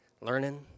learning